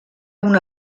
una